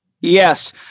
Yes